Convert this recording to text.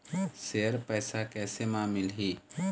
Share पैसा कैसे म मिलही?